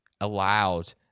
allowed